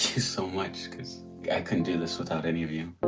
you so much, because i couldn't do this without any of you.